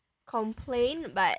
complain but